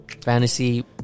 fantasy